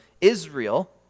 Israel